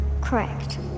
Correct